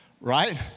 right